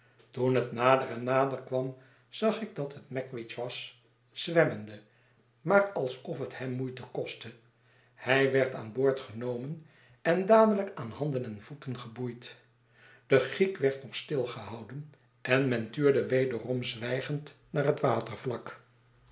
toen het nader en naderkwam zag ik dat het magwitch was zwemmende maar alsof het hem moeite kostte hij werd aan boord genomen en dadelijk aan handen en voeten geboeid de giek werd nog stilgehouden en men tuurde wederom zwijgend naar het watervlak